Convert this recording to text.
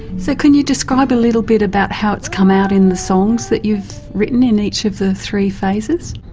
so can you describe a little bit about how it has come out in the songs that you've written in each of the three phases?